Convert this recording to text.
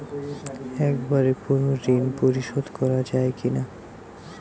একবারে পুরো ঋণ পরিশোধ করা যায় কি না?